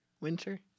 Winter